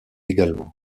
également